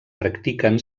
practiquen